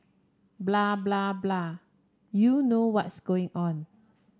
blah blah blah you know what's going on